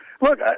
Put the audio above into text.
Look